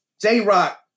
J-Rock